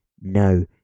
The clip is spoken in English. no